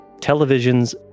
television's